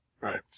Right